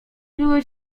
byłeś